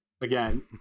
again